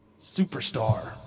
Superstar